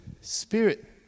spirit